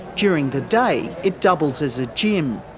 during the day it doubles as a gym.